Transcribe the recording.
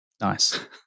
Nice